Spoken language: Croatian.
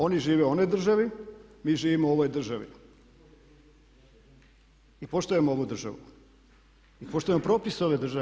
Oni žive u onoj državi, mi živimo u ovoj državi i poštujemo ovu državu, i poštujemo propise ove države.